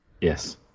Yes